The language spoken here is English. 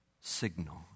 signal